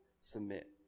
submit